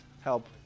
help